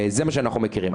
זה מה שאנחנו מכירים.